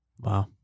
Wow